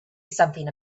something